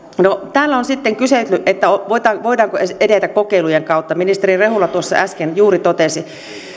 täällä on sitten kyselty että voidaanko edetä kokeilujen kautta ministeri rehula tuossa äsken juuri totesi että